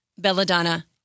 belladonna